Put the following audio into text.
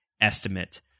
estimate